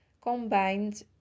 combined